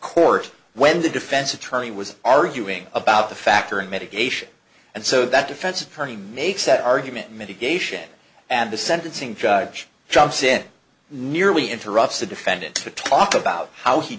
court when the defense attorney was arguing about the factor in mitigation and so that defense attorney makes that argument mitigation and the sentencing judge jumps in nearly interrupts the defendant to talk about how he